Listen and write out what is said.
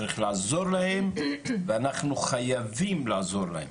צריך לעזור להם וזו חובתנו לעזור להם.